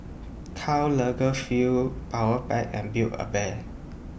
Karl Lagerfeld Powerpac and Build A Bear